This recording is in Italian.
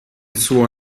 suo